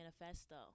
manifesto